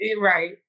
Right